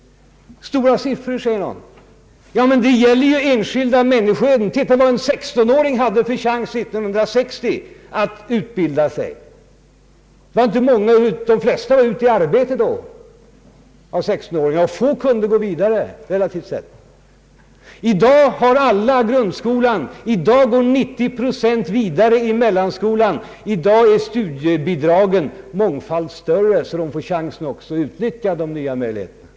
Stora siffror, säger någon. Ja, men det gäller ju enskilda människoöden. Titta på vad en 16-åring hade för chans 1960 att utbilda sig. De flesta 16-åringar var på den tiden ute i förvärvslivet. Få kunde utbilda sig vidare, relativt sett. I dag har alla gått igenom grundskolan. I dag går 90 procent vidare i mellanskolan. I dag är studiebidragen mångfalt större, så ungdomarna har även chans att utnyttja de nya utbildningsmöjligheterna.